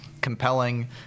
compelling